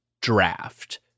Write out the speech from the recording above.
draft